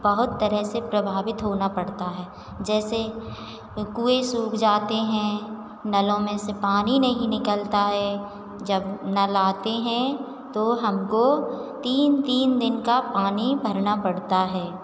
बहुत तरह से प्रभावित होना पड़ता है जैसे कुएँ से उपजाते हैं नलों में से पानी नहीं निकलता है जब नल आते हैं तो हमको तीन तीन दिन का पानी भरना पड़ता है